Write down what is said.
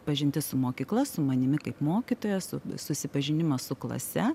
pažintis su mokykla su manimi kaip mokytoja su susipažinimas su klase